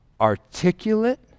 articulate